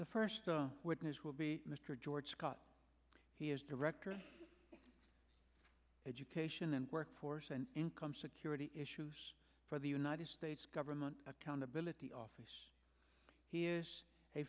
the first witness will be mr george scott he is director education and workforce and income security issues for the united states government accountability office he is a